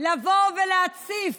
לבוא ולהציף